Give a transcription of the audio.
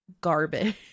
garbage